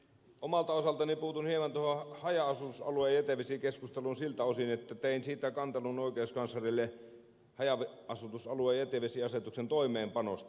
omalta osaltani puutun hieman tuohon haja asutusalueiden jätevesikeskusteluun siltä osin että tein kantelun oikeuskanslerille haja asutusalueiden jätevesiasetuksen toimeenpanosta